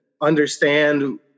understand